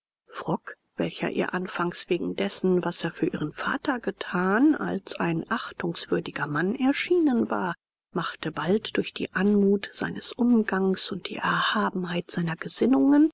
welcher ihr anfangs wegen dessen was er für ihren vater getan als ein achtungswürdiger mann erschienen war machte bald durch die anmut seines umgangs und die erhabenheit seiner gesinnungen